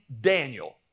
Daniel